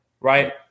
right